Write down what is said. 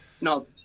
no